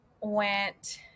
went